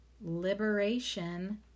liberation